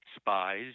spies